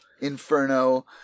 Inferno